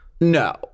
No